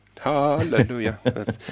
Hallelujah